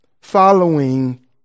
following